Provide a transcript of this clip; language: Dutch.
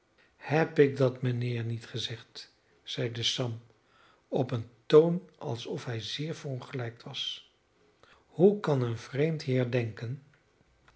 heb ik dat mijnheer niet gezegd zeide sam op een toon alsof hij zeer verongelijkt was hoe kan een vreemd